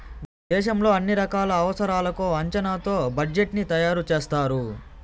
దేశంలో అన్ని రకాల అవసరాలకు అంచనాతో బడ్జెట్ ని తయారు చేస్తారు